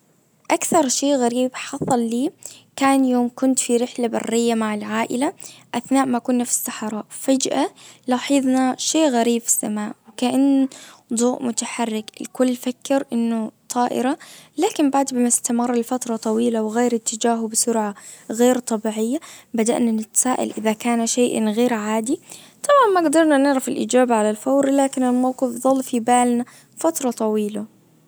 اكثر شيء غريب حصل لي كان يوم كنت في رحلة برية مع العائلة اثناء ما كنا في الصحراء فجأة لاحظنا شيء غريب في السماء وكأن ضوء متحرك الكل فكر انه طائرة لكن بعد ما استمر لفترة طويلة وغير اتجاهه بسرعة غير طبيعية بدأنا نتسائل اذا كان شيئا غير عادي. طبعا ما قدرنا نعرف الاجابة على الفور لكن الموقف ظل في بالنا فترة طويلة